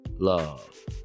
love